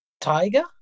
Tiger